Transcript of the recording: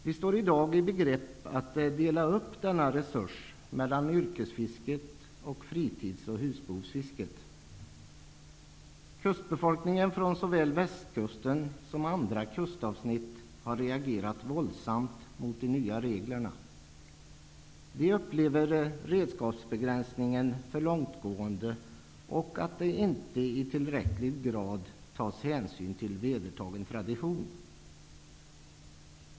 Vi står i dag i begrepp att dela upp denna resurs mellan yrkesfisket och fritids och husbehovsfisket. Kustbefolkningen från såväl Västkusten som från andra kustavsnitt har reagerat våldsamt mot de nya reglerna. De upplever att redskapsbegränsningen är för långtgående och att hänsyn inte i tillräckligt hög grad tas till vedertagen tradition.